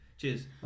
Cheers